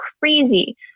crazy